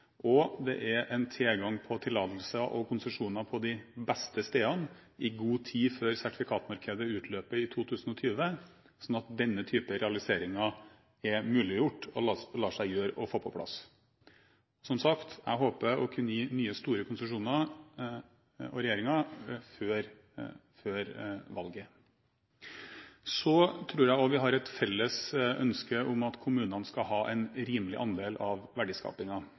forutsigbare rammevilkår, og en tilgang til tillatelse og konsesjoner på de beste stedene i god tid før sertifikatmarkedet utløper i 2020, slik at denne typen realisering er muliggjort og lar seg gjøre å få på plass. Som sagt håper jeg og regjeringen å kunne gi nye store konsesjoner før valget. Så tror jeg vi har et felles ønske om at kommunene skal ha en rimelig andel av